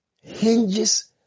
hinges